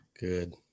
Good